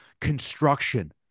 construction